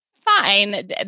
fine